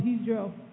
Israel